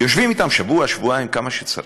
יושבים אתם שבוע, שבועיים, כמה שצריך.